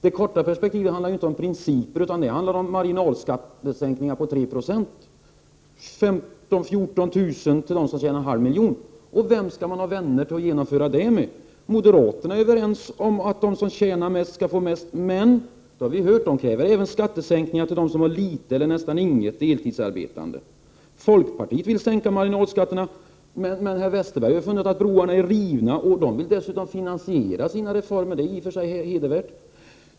Det korta perspektivet handlar inte om principer utan om marginalskattesänkningar på 3 96, 14 000-15 000 kr. till dem som tjänar en halv miljon. Och vilka skall man ha till vänner att genomföra det med? Moderaterna tycker att de som tjänar mest skall få mest. Men de kräver, det har vi hört, även skattesänkningar för dem som har litet eller nästan inget deltidsarbetande. Folkpartiet vill sänka marginalskatterna. Men herr Westerberg har sagt att broarna är rivna. Folkpartiet vill dessutom finansiera sina reformer, vilket i och för sig är hedervärt.